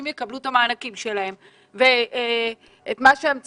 יקבלו את המענקים שלהם ואת מה שהם צריכים,